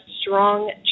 strong